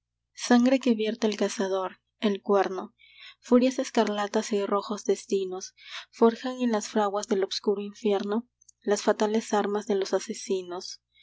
sangre que vierte el cazador el cuerno furias escarlatas y rojos destinos forjan en las fraguas del obscuro infierno las fatales armas de los asesinos